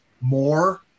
more